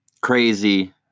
crazy